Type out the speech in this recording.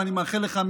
ואני מאחל לך,